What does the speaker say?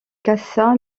cassa